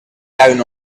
down